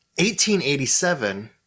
1887